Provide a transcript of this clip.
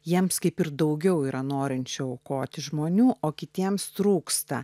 jiems kaip ir daugiau yra norinčių aukoti žmonių o kitiems trūksta